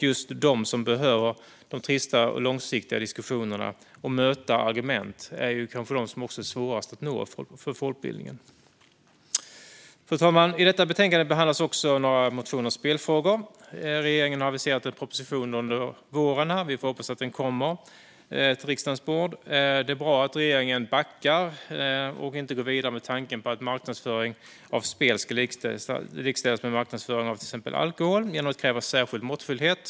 Just de som behöver de långsamma och trista diskussionerna och möta argument är kanske de som är svårast att nå för folkbildningen. Fru talman! I detta betänkande behandlas också några motioner om spelfrågor. Regeringen har aviserat att en proposition ska komma under våren. Vi får hoppas att den kommer till riksdagens bord. Det är bra att regeringen backar och inte går vidare med tanken om att marknadsföring av spel ska likställas med marknadsföring av exempelvis alkohol genom att kräva särskild måttfullhet.